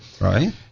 Right